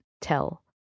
tell